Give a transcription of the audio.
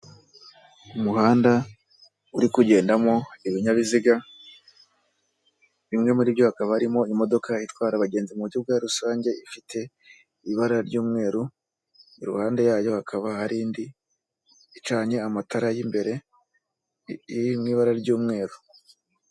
Umuhanda uri kugendamo ibinyabiziga, bimwe muri byo hakaba arimo imodoka itwara abagenzi mu gihugu bwa rusange ifite ibara ry'umweru, iruhande yayo hakaba hari indi icanye amatara y'imbere iri mu ibara ry'umweru.